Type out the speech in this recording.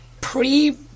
Pre